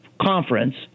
Conference